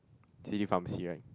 city pharmacy right